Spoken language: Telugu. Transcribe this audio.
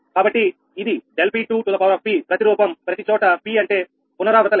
కాబట్టి ఇది ∆𝑃2 ప్రతి రూపం ప్రతి చోట p అంటే పునరావృత లెక్క